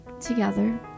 together